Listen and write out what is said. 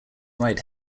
right